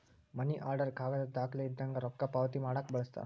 ಮನಿ order ಕಾಗದದ್ ದಾಖಲೆ ಇದ್ದಂಗ ರೊಕ್ಕಾ ಪಾವತಿ ಮಾಡಾಕ ಬಳಸ್ತಾರ